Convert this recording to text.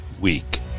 week